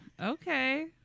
Okay